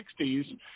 1960s